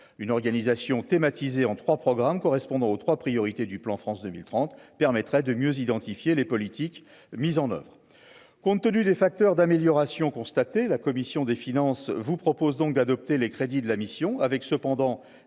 une organisation thématisé en 3 programmes correspondant aux 3 priorités du plan France 2030, permettraient de mieux identifier les politiques mises en oeuvre, compte tenu des facteurs d'amélioration constatée, la commission des finances vous propose donc d'adopter les crédits de la mission avec cependant